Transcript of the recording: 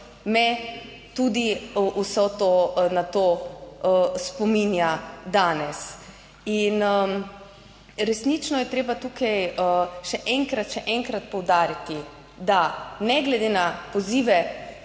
me tudi vso to na to spominja danes. In resnično je treba tukaj še enkrat, še enkrat poudariti, da ne glede na pozive